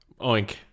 Oink